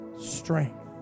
Strength